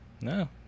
No